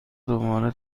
دوباره